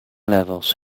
levels